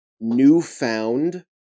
newfound